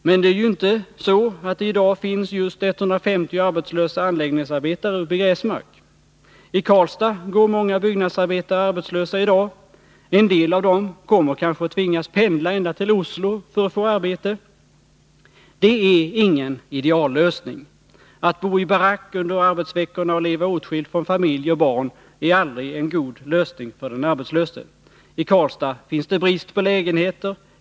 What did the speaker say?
Men det är ju inte så att det i dag finns just 150 arbetslösa anläggningsarbetare uppe i Gräsmark. I Karlstad går många byggnadsarbetare arbetslösa i dag. En del av dem kommer kanske att tvingas pendla ända till Oslo för att få arbete. Det är ingen ideallösning. Att bo i barack under arbetsveckorna och leva åtskild från familj och barn är aldrig en god lösning för den arbetslöse. I Karlstad är det brist på lägenheter.